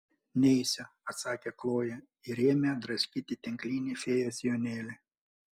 neisiu atsakė kloja ir ėmė draskyti tinklinį fėjos sijonėlį